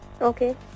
Okay